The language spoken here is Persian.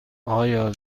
آیا